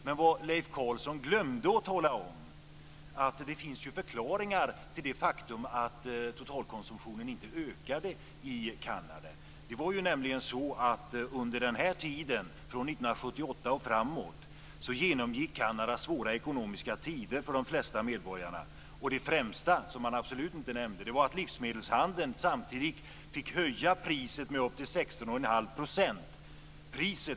Men Leif Carlson glömde att tala om att det finns förklaringar till det faktum att totalkonsumtionen inte ökade i Det var nämligen så att under den här tiden, från 1978 och framåt, var det svåra ekonomiska tider för de flesta medborgarna i Kanada. Den främsta förklaringen, som han absolut inte nämnde, var att livsmedelshandeln samtidigt fick höja priset med upp till 16 1⁄2 %.